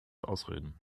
ausreden